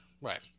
Right